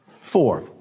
four